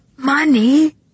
Money